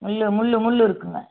முள் முள் முள் இருக்குங்க